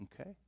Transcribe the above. Okay